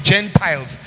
Gentiles